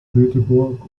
göteborg